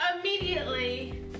immediately